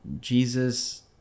Jesus